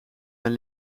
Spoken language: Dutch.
mijn